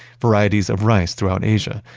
varieties of rice throughout asia,